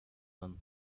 him